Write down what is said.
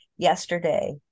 yesterday